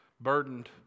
burdened